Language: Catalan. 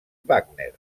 wagner